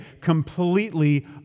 completely